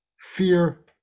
fear